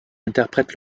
interprète